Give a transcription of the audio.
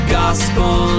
gospel